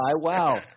Wow